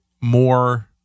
more